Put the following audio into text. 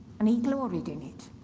and he gloried in it.